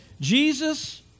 Jesus